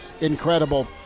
Incredible